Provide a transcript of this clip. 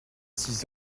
six